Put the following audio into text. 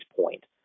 point